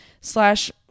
slash